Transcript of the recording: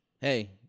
hey